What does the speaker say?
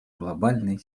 глобальной